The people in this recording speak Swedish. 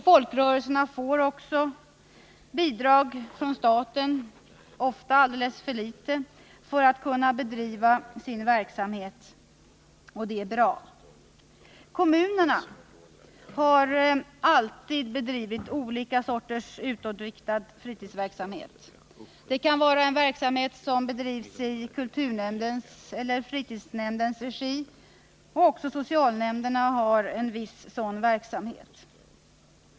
Folkrörelserna får också bidrag från staten — dock ofta alldeles för litet — för att kunna bedriva sin verksamhet, och det är ju bra. Kommunerna har alltid bedrivit olika slag av utåtriktad fritidsverksamhet. Den bedrivs i kulturnämndens eller fritidsnämndens regi. Också socialnämnderna har viss sådan verksamhet.